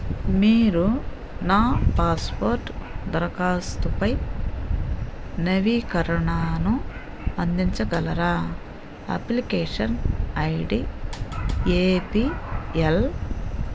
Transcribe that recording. మీరు నా పాస్పోర్ట్ దరఖాస్తుపై నవీకరణను అందించగలరా application I D A P L